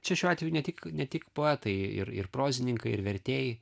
čia šiuo atveju ne tik ne tik poetai ir ir prozininkai ir vertėjai